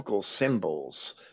symbols